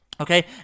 Okay